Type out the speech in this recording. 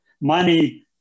Money